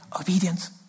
Obedience